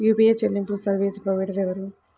UPI చెల్లింపు service provider ఎవరు?